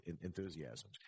enthusiasm